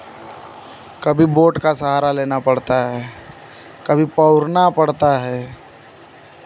कभी बोट का सहारा लेना पड़ता है कभी पौरना पड़ता है